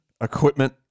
equipment